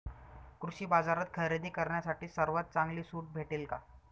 कृषी बाजारात खरेदी करण्यासाठी सर्वात चांगली सूट भेटेल का?